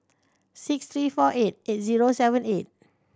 six three four eight eight zero seven eight